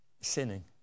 sinning